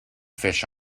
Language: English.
fish